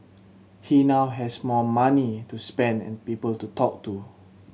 he now has more money to spend and people to talk to